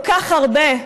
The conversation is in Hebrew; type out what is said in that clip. שיכולה להיות כל כך הרבה,